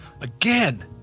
again